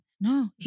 No